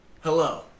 Hello